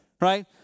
Right